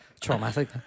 Traumatic